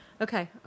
Okay